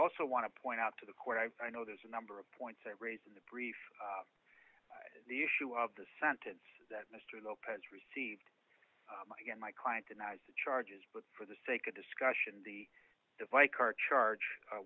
also want to point out to the court i know there's a number of points raised in the brief the issue of the sentence that mr lopez received again my client denies the charges but for the sake of discussion the divide car charge